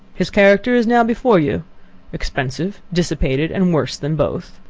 his character is now before you expensive, dissipated, and worse than both.